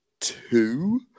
Two